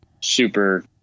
super